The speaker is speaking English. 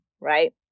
right